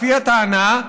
לפי הטענה,